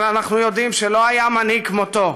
אבל אנחנו יודעים שלא היה מנהיג כמותו,